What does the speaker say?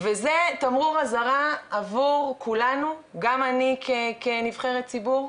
וזה תמרור אזהרה עבור כולנו, גם אני כנבחרת ציבור,